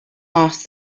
lost